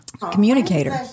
Communicator